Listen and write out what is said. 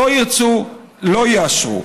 לא ירצו לא יאשרו.